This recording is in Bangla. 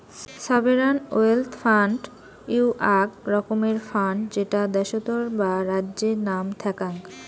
সভেরান ওয়েলথ ফান্ড হউ আক রকমের ফান্ড যেটা দ্যাশোতর বা রাজ্যের নাম থ্যাক্যাং